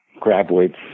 graboids